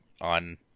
on